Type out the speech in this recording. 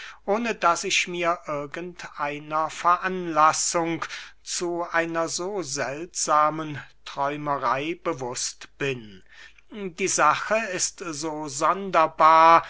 ohne daß ich mir irgend einer veranlassung zu einer so seltsamen träumerey bewußt bin die sache ist so sonderbar